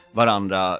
varandra